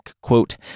quote